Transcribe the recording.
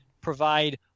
provide